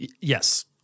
yes